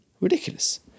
Ridiculous